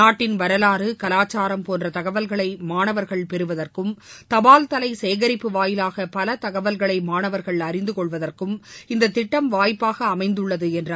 நாட்டின் வரலாறு கலாச்சாரம் போன்ற தகவல்களை மாணவர்கள் பெறுவதற்கும் தபால் தலை சேகரிப்பு வாயிலாக பல தகவல்களை மாணவர்கள் அறிந்து கொள்வதற்கும் இந்த திட்டம் வாய்ப்பாக அமைந்துள்ளது என்று அவர் கூறினார்